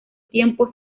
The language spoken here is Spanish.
tiempo